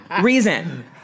reason